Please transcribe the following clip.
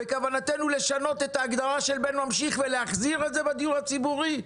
בכוותנו לשנות את ההגדרה של בן ממשיך ולהחזיר את זה בדיור הציבורי?